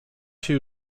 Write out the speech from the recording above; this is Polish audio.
się